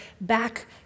back